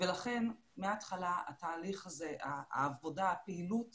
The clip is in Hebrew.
לכן מהתחלה תהליך העבודה, הפעילות